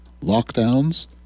lockdowns